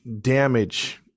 damage